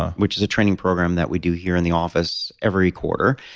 ah which is a training program that we do here in the office every quarter,